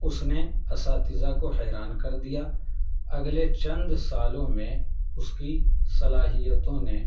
اس نے اساتذہ کو حیران کر دیا اگلے چند سالوں میں اس کی صلاحیتوں نے